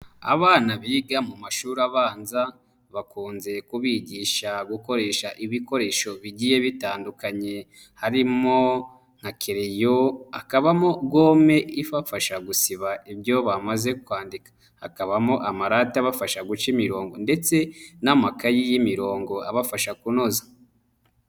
Abana biga mu mashuri abanza, bakunze kubigisha gukoresha ibikoresho bigiye bitandukanye, harimo nka kereyo, hakabamo gome ibafasha gusiba ibyo bamaze kwandika, hakabamo amarate abafasha guca imirongo ndetse n'amakayi y'imirongo abafasha kunoza.